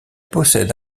possède